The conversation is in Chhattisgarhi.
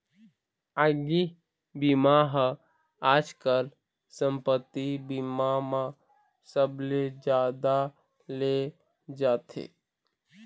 आगी बीमा ह आजकाल संपत्ति बीमा म सबले जादा ले जाथे